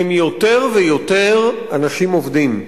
הם יותר ויותר אנשים עובדים,